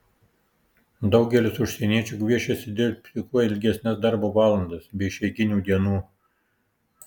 daugelis užsieniečių gviešiasi dirbti kuo ilgesnes darbo valandas be išeiginių dienų